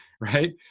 right